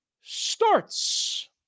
starts